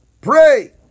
pray